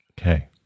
Okay